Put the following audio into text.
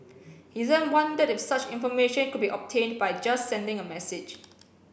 he then wondered if such information could be obtained by just sending a message